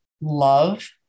love